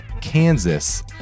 Kansas